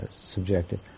subjective